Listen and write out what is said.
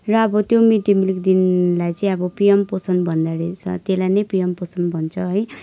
र अब त्यो मिड डे मिल दिनेलाई चाहिँ अब पिएम पोषण भन्दोरहेछ त्यसलाई नै पिएम पोषण भन्छ है